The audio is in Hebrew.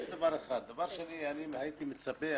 אני הייתי מצפה,